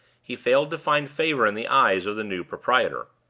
he failed to find favor in the eyes of the new proprietor.